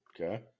Okay